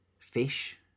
fish